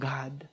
God